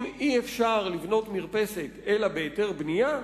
אם אי-אפשר לבנות מרפסת אלא בהיתר בנייה,